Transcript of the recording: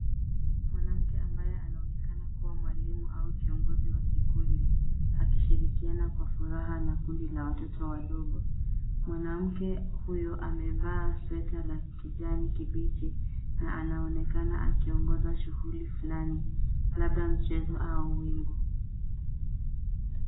Mwanamke ambaye anaonekana kuwa mwalimu au kiongozi wa kikundi, akishirikana kwa furaha na kundi la watoto wadogo. Mwanamke huyu amevaa sweta za kijani kibichi na anaonekana akiongoza shughuli fulani labda mchezo au wimbo.